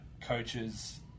coaches